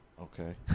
Okay